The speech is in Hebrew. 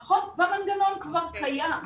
נכון, והמנגנון כבר קיים.